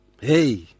Hey